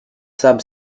sub